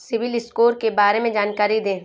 CIBIL score के बारे में जानकारी दें?